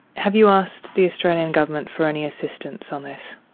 have you asked the australian government for any assistance on this?